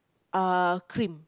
uh cream